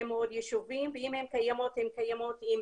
מאוד יישובים ואם הן קיימות הן קיימות עם